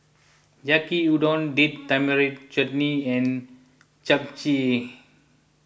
Yaki Udon Date Tamarind Chutney and Japchae